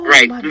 Right